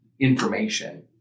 information